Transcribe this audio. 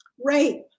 rape